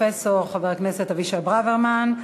הפרופסור חבר הכנסת אבישי ברוורמן.